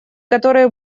которые